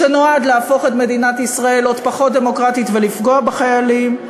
שנועד להפוך את מדינת ישראל לעוד פחות דמוקרטית ולפגוע בחיילים.